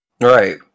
Right